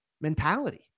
mentality